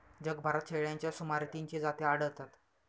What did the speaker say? जगभरात शेळ्यांच्या सुमारे तीनशे जाती आढळतात